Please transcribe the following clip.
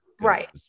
Right